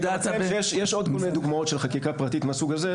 שיש עוד כל מיני דוגמאות של חקיקה פרטית מהסוג הזה,